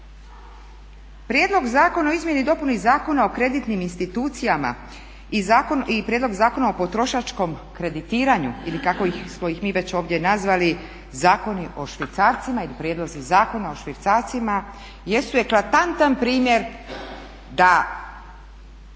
Prijedlog zakona o izmjeni i dopuni Zakona o kreditnim institucijama i Prijedlog zakona o potrošačkom kreditiranju ili kako smo ih mi već ovdje nazvali zakoni o švicarcima ili prijedlozi Zakona o švicarcima jesu eklatantan primjer da